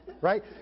right